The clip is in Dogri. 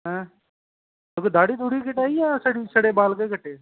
ऐं फ्ही दाड़ी दूढ़ी बी कटाई जां छड़ी छड़े बाल गै कट्टे